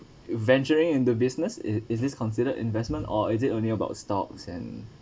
venturing into business it it this considered investment or is it only about stocks and